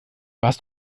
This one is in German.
warst